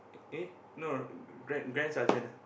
eh no grand grand sergeant ah